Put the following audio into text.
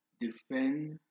defend